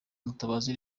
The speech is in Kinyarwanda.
mutabazi